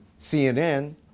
CNN